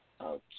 Okay